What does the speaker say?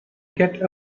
get